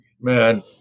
man